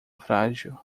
frágil